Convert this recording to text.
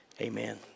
amen